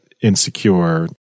insecure